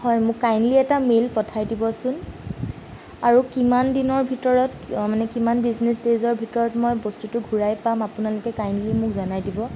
হয় মোক কাইণ্ডলি এটা মেইল পঠাই দিবচোন আৰু কিমান দিনৰ ভিতৰত মানে কিমান বিজনেছ দেইজৰ ভিতৰত মই বস্তুটো ঘুৰাই পাম আপোনালোকে কাইণ্ডলি মোক জনাই দিব